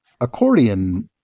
accordion